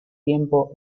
tiempo